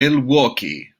milwaukee